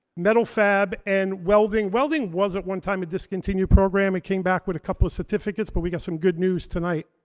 metal fab and welding. welding was at one time a discontinued program, it came back with a couple of certificates. but we've got some good news tonight.